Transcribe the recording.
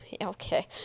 Okay